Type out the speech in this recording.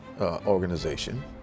organization